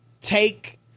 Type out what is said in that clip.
Take